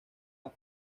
las